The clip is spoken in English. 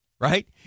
Right